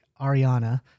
Ariana